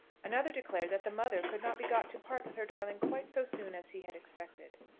another declared that the mother could not be got to part with her darling quite so soon as he had expected.